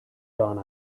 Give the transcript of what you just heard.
gone